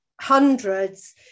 hundreds